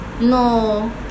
No